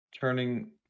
turning